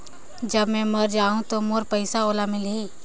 जब मै मर जाहूं तो मोर पइसा ओला मिली?